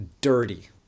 dirty